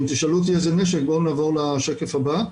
ואם תשאלו אותי איזה נשק, נעבור לשקף הבא,